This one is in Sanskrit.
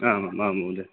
आम् आम् महोदय